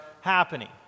happening